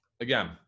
again